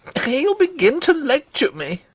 he will begin to lecture me.